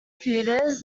theatres